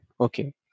Okay